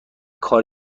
کار